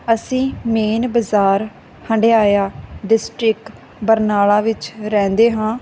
ਅਸੀਂ ਮੇਨ ਬਾਜ਼ਾਰ ਹੰਡਿਆਇਆ ਡਿਸਟਰਿਕ ਬਰਨਾਲਾ ਵਿੱਚ ਰਹਿੰਦੇ ਹਾਂ